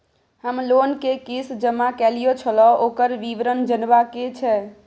हम लोन के किस्त जमा कैलियै छलौं, ओकर विवरण जनबा के छै?